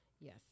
Yes